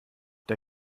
der